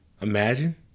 Imagine